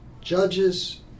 judges